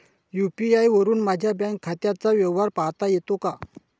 UPI वरुन माझ्या bank खात्याचा व्यवहार पाहता येतो का?